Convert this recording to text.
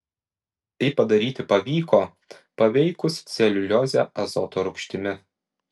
tai padaryti pavyko paveikus celiuliozę azoto rūgštimi